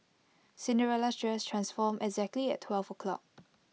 Cinderella's dress transformed exactly at twelve o'clock